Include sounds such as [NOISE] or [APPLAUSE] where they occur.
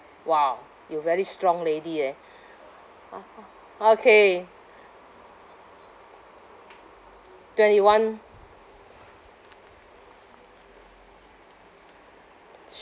!wow! you very strongly lady eh [NOISE] okay twenty one [NOISE]